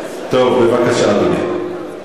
בבקשה, אדוני.